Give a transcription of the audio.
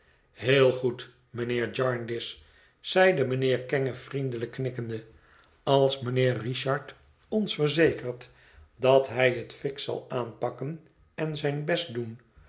heel goed mijnheer jarndyce zeide mijnheer kenge vriendelijk knikkende als mijnheer richard ons verzekert dat hij hét fiks zal aanpakken en zijn best doen